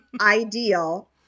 ideal